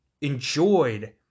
enjoyed